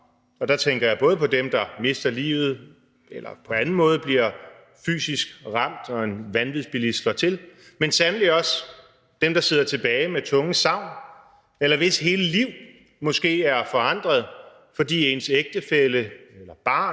og der tænker jeg både på dem, der mister livet, og dem, der på anden måde bliver fysisk ramt, når en vanvidsbilist slår til – men sandelig også af hensyn til dem, der sidder tilbage med tunge savn, eller hvis hele liv måske har forandret, fordi deres ægtefælle eller barn